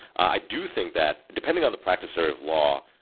i do think that depending on the practice of law,